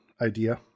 idea